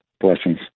Blessings